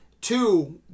Two